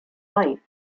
light